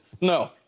No